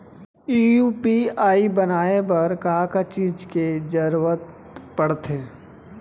UPI बनाए बर का का चीज के जरवत पड़थे?